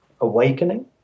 awakening